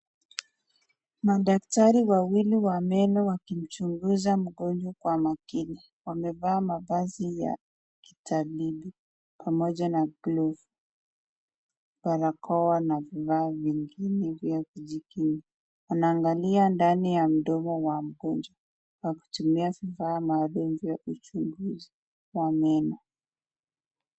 Madaktari wawili wa meno wakimchunguza mtoto kwa makini wamevaa mavazi ya kitalimu pamoja na glovu barakoa na vazi ingine ya kujikinga amevalia ndani ya mdomo kutumia kifaa cha kuchunguza meno.